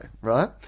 right